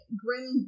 grim